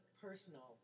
personal